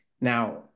Now